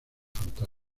fantástico